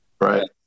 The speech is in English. right